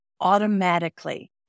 automatically